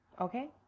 okay